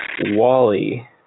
Wally